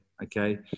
Okay